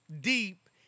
deep